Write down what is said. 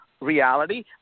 reality